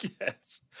Yes